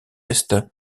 est